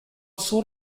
sort